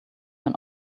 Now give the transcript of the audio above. when